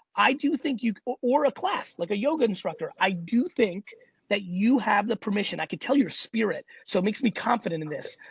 i do think you or a class like a yoga instructor. i do think that you have the permission. i could tell your spirit so makes me confident in this.